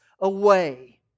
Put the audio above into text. away